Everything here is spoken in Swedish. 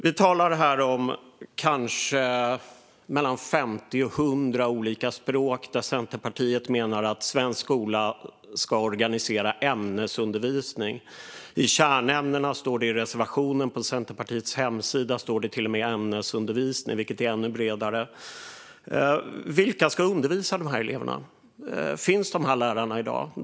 Vi talar här om kanske mellan 50 och 100 olika språk som Centerpartiet menar att svensk skola ska organisera ämnesundervisning på. I reservationen står det att det gäller kärnämnena, och på Centerpartiets hemsida står det till och med ämnesundervisning, vilket är ännu bredare. Vilka ska undervisa dessa elever? Finns de här lärarna i dag?